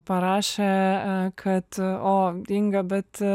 parašė kad o inga bet